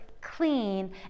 clean